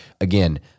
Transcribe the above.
again